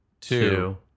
two